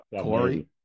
Corey